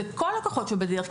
זה כל הכ"חות שבדרך.